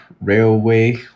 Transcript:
railway